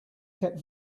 kept